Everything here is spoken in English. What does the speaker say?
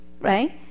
right